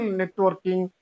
networking